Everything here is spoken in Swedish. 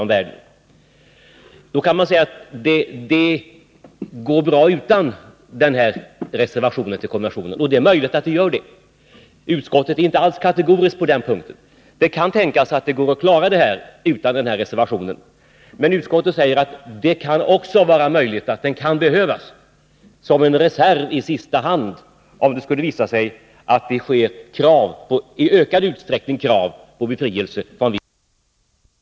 Man kan invända att detta går bra utan den här reservationen till konventionen, och det är möjligt att det gör det. Utskottet är inte alls kategoriskt på den punkten. Det kan tänkas att det går att klara problemet utan reservationen. Men utskottet säger att det också kan vara möjligt att den behövs som en reserv i sista hand, om det skulle visa sig att det i ökande utsträckning reses krav på befrielse från viss undervisning i skolan. Herr talman!